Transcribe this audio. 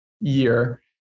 year